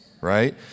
right